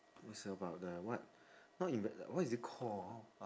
is about the what not inve~ what is it call uh